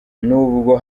nubwo